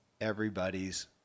everybody's